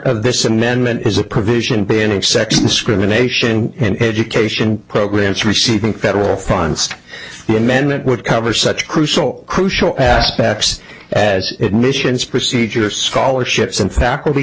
amendment is a provision banning second discrimination and education programs receiving federal funds the amendment would cover such crucial crucial aspects as ignitions procedure scholarships and faculty